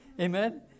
Amen